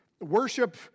Worship